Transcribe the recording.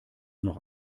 noch